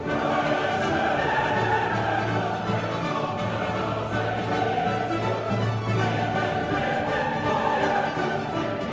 are